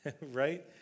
right